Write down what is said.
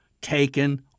taken